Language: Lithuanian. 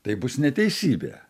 tai bus neteisybė